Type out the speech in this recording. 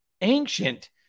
ancient